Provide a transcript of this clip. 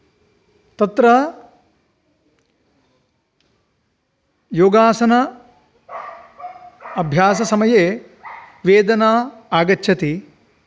तत्र योगासन अभ्याससमये वेदना आगच्छति